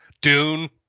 Dune